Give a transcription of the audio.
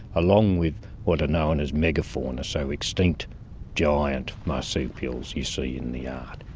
along with what are known as megafauna, so extinct giant marsupials you see in the art.